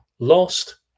Lost